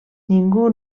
ningú